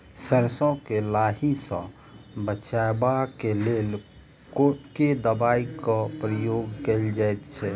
सैरसो केँ लाही सऽ बचाब केँ लेल केँ दवाई केँ प्रयोग कैल जाएँ छैय?